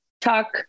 talk